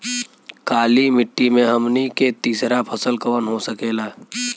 काली मिट्टी में हमनी के तीसरा फसल कवन हो सकेला?